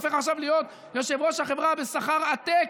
הופך עכשיו להיות יושב-ראש החברה בשכר עתק.